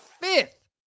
fifth